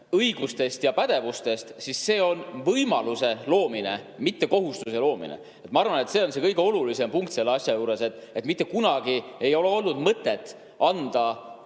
õigustest ja pädevustest, siis kõne all on võimaluse loomine, mitte kohustuse panemine. Ma arvan, et see on kõige olulisem punkt selle asja juures. Mitte kunagi ei ole olnud mõtet panna kohalikule